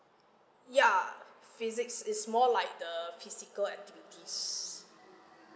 ya physics is more like the physical activities